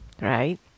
right